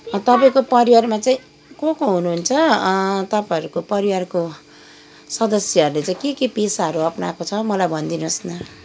तपाईँको परिवारमा चाहिँ को को हुनुहुन्छ तपाईँहरूको परिवारको सदस्यहरूले चाहिँ के के पेसाहरू अप्नाएको छ मलाई भन्दिनुहोस् न